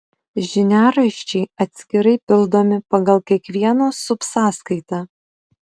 žiniaraščiai atskirai pildomi pagal kiekvieną subsąskaitą